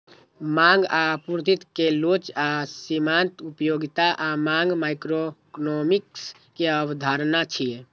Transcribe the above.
मांग आ आपूर्ति के लोच आ सीमांत उपयोगिता आ मांग माइक्रोइकोनोमिक्स के अवधारणा छियै